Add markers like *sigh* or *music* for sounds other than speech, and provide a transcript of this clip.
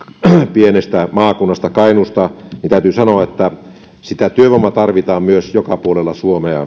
pienestä maakunnasta kainuusta niin täytyy sanoa että sitä työvoimaa tarvitaan myös joka puolella suomea *unintelligible*